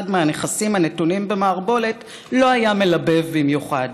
מהנכסים הנתונים במערבולת לא היה מלבב במיוחד,